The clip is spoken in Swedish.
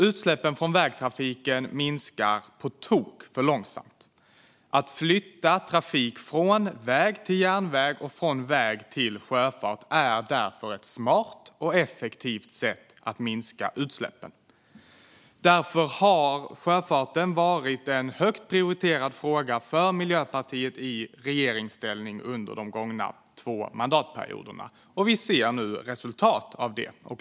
Utsläppen från vägtrafiken minskar på tok för långsamt. Att flytta trafik från väg till järnväg och från väg till sjöfart är därför ett smart och effektivt sätt att minska utsläppen. Sjöfarten har därför varit en högt prioriterad fråga för Miljöpartiet i regeringsställning under de två gångna mandatperioderna. Vi ser nu resultat av det.